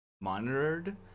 monitored